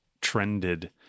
trended